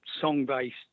song-based